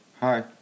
hi